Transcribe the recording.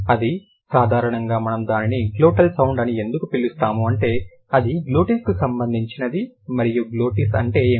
ఆపై సాధారణంగా మనం దానిని గ్లోటల్ సౌండ్ అని ఎందుకు పిలుస్తాము అంటే ఇది గ్లోటిస్కు సంబంధించినది మరియు గ్లోటిస్ అంటే ఏమిటి